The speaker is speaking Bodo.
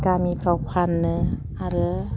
गामिफ्राव फानो आरो